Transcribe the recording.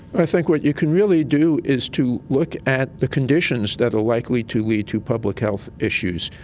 i think what you can really do is to look at the conditions that are likely to lead to public health issues.